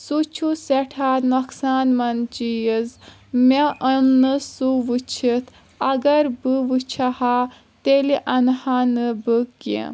سُہ چھُ سٮ۪ٹھاہ نۄقصان منٛد چیٖز مےٚ اوٚن نہٕ سُہ وٕچھِتھ اگر بہٕ وٕچھٕ ہا تیٚلہِ انہٕ ہا نہٕ بہٕ کینٛہہ